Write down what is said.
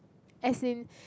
as in